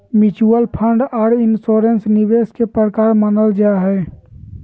mutual fund आर insurance निवेश के प्रकार मानल जा हय